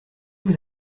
vous